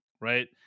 right